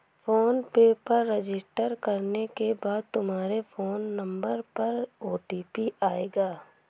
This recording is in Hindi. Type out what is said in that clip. फोन पे पर रजिस्टर करने के बाद तुम्हारे फोन नंबर पर ओ.टी.पी आएगा